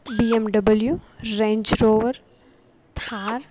BMW Range Rover Thar